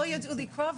לא ידעו לקרוא,